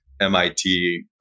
MIT